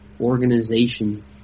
organization